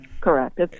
Correct